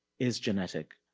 is genetic.